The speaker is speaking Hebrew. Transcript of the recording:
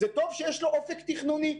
זה טוב שיש לו אופק תכנוני,